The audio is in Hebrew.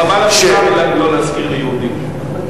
ברמאללה מותר לא להשכיר ליהודים.